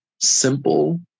Simple